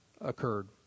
occurred